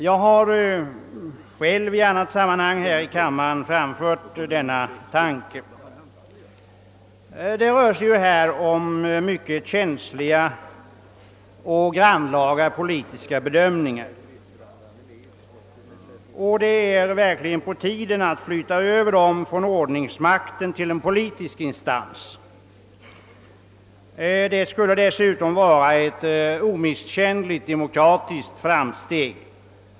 Jag har själv i annat sammanhang i kammaren framfört denna tanke. Det rör sig här om mycket känsliga och grannlaga politiska bedömningar, och det är verkligen på tiden att flytta över dem från ordningsmakten till en politisk instans. Det skulle dessutom vara ett omisskännligt demokratiskt framsteg.